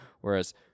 Whereas